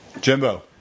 Jimbo